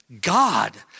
God